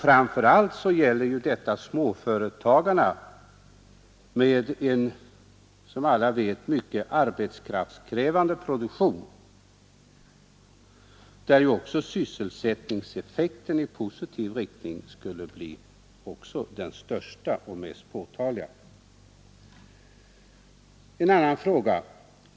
Framför allt gäller detta småföretagarna med en mycket arbetskraftskrävande produktion, där också sysselsättningseffekten i positiv riktning skulle bli den största och mest påtagliga. En annan fråga!